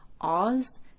Oz